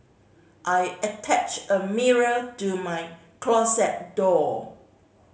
I attached a mirror to my closet door